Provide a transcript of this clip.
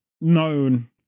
known